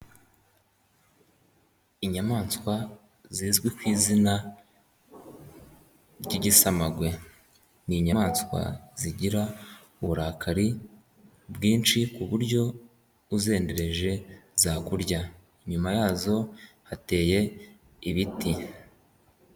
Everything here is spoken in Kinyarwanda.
Inyamaswa zizwi ku izina ry'igisamagwe, n'inyamaswa zigira uburakari bwinshi ku buryo uzendereje zakurya nyuma yazo hateye ibiti.